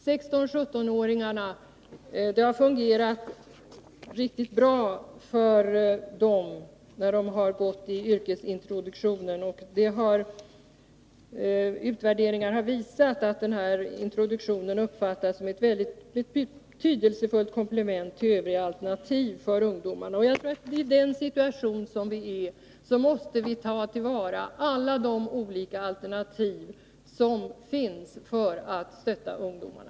Yrkesintroduktionen har fungerat bra för 16-17-åringarna. Utvärderingar har visat att den uppfattas som ett betydelsefullt komplement till övriga alternativ för ungdomarna. I den situation som vi befinner oss i måste vi ta till vara alla de olika alternativ som finns för att stötta ungdomarna.